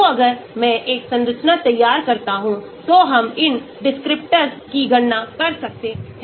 तो अगर मैं एक संरचना तैयार करता हूं तो हम इन descriptors की गणना कर सकते हैं